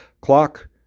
clock